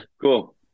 cool